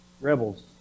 rebels